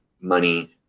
money